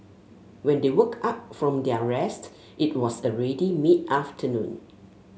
when they woke up from their rest it was already mid afternoon